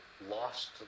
lost